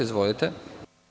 Izvolite.